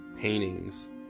paintings